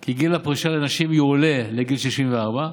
כי גיל הפרישה לנשים יועלה לגיל 64,